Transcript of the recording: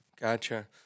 Gotcha